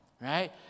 right